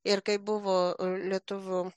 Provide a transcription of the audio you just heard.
ir kaip buvo lietuvių